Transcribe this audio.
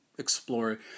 explore